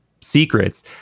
secrets